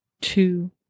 two